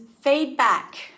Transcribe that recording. feedback